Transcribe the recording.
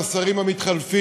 עם השרים המתחלפים,